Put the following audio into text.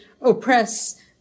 oppress